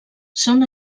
són